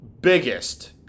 biggest